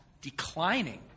declining